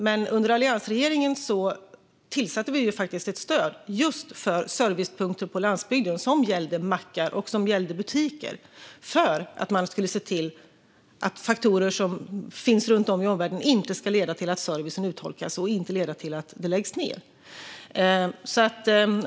Men under alliansregeringens tid tillförde vi ett stöd just för servicepunkter på landsbygden som gällde mackar och butiker för att man skulle se till att faktorer som finns runt om i omvärlden inte ska leda till att servicen urholkas och läggs ned.